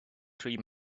three